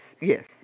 yes